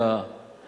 אלא